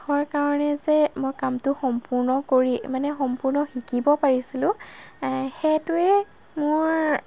হৰ কাৰণে যে মই কামটো সম্পূৰ্ণ কৰি মানে সম্পূৰ্ণ শিকিব পাৰিছিলোঁ সেইটোৱে মোৰ